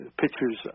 pictures